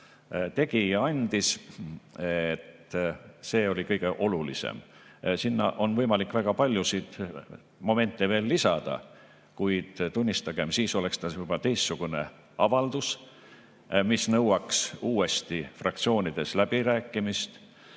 tegi –, oli kõige olulisem. Sinna on võimalik väga paljusid momente veel lisada, kuid tunnistagem, et siis oleks ta juba teistsugune avaldus, mis nõuaks uuesti fraktsioonides läbirääkimist.